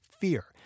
fear